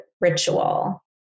ritual